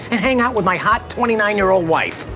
and hang out with my hot twenty nine year old wife.